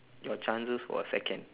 your chances for a second